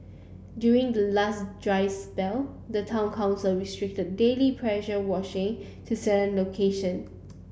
during the last dry spell the town council restricted daily pressure washing to certain location